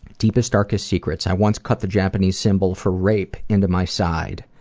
deepest, darkest secrets i once cut the japanese symbol for rape into my side.